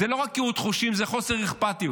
זה לא רק קהות חושים, זה חוסר אכפתיות.